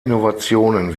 innovationen